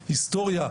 היסטוריה,